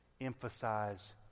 emphasize